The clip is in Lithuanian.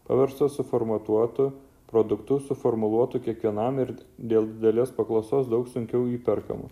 paverstos suformatuotu produktu suformuluotu kiekvienam ir dėl didelės paklausos daug sunkiau įperkamu